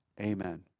Amen